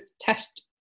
test